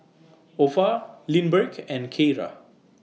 Opha Lindbergh and Kiera